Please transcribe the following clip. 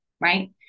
right